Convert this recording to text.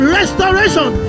Restoration